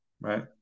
right